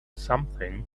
something